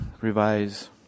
revise